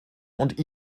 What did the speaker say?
und